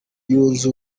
yunze